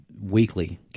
weekly